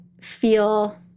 feel